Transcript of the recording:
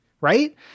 Right